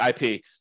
IP